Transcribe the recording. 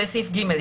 זה סעיף קטן (ג),